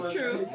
True